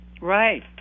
Right